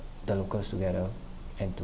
the locals together and